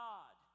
God